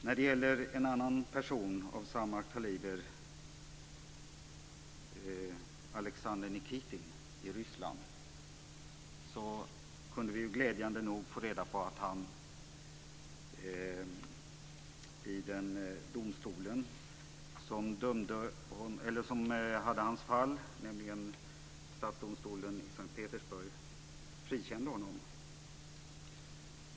När det gäller en annan person av samma kaliber, Alexander Nikitin i Ryssland, kunde vi glädjande nog få reda på att den domstol som hade hand om hans fall, nämligen statsdomstolen i S:t Petersburg, frikände honom.